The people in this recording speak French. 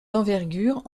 d’envergure